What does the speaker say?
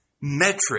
metric